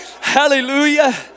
hallelujah